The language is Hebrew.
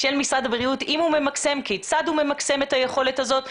האם הוא ממקסם וכיצד הוא ממקסם את היכולת הזאת,